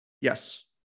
Yes